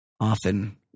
often